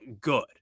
good